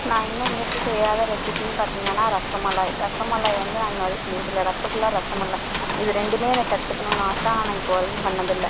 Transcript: நான் இன்னும் முயற்சி செய்யாத ரெஸிபின்னு பார்த்திங்கனா ரசமலாய் ரசமலாய் வந்து நான் இன்று வரை செஞ்சதில்லை ரசகுல்லா ரசமலாய் இது ரெண்டுமே எனக்கு கத்துக்கணுனு ஆசை ஆனால் இப்போ வரையும் பண்ணதில்லை